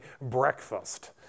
breakfast